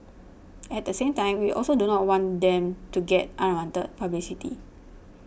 at the same time we also do not want them to get unwanted publicity